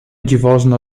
dziwożona